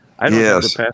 Yes